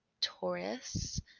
Taurus